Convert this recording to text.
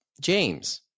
James